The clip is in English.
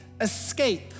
escape